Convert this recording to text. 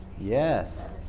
Yes